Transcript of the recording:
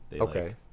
Okay